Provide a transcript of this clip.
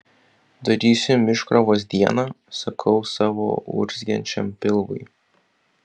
darysim iškrovos dieną sakau savo urzgiančiam pilvui